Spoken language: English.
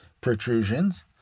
protrusions